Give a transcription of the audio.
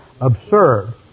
absurd